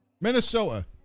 Minnesota